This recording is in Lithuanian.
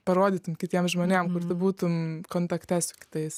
parodytum kitiem žmonėm kur tu būtum kontakte su kitais